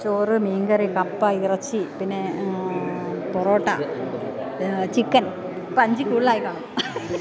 ചോറ് മീൻകറി കപ്പ ഇറച്ചി പിന്നെ പൊറോട്ട ചിക്കൻ ഇപ്പം അഞ്ചിൽ കൂടുതലായി കാണും